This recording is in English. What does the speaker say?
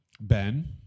Ben